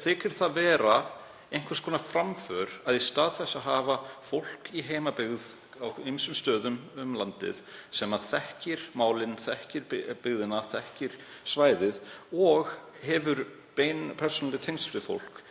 Þykir það einhvers konar framför að í stað þess að hafa fólk í heimabyggð á ýmsum stöðum um landið, sem þekkir málin, þekkir byggðina, þekkir svæðið og hefur bein persónuleg tengsl við fólk,